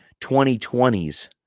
2020s